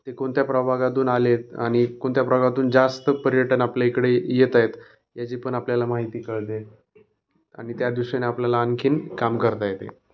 ते कोणत्या प्रभागातून आलेत आणि कोणत्या प्रभागातून जास्त पर्यटन आपल्या इकडे येताएत याची पण आपल्याला माहिती कळते आणि त्या दिशेने आपल्याला आणखीन काम करता येते